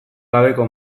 gabeko